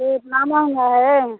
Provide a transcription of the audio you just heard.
ये इतना महँगा है